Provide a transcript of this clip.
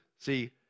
See